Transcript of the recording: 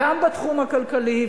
גם בתחום הכלכלי,